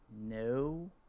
No